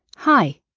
hi!